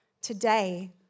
Today